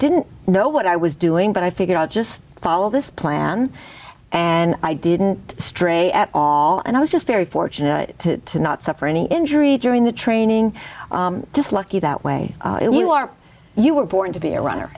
didn't know what i was doing but i figured i'd just follow this plan and i didn't stray at all and i was just very fortunate to not suffer any injury during the training just lucky that way you are you were born to be a runner